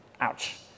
ouch